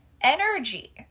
energy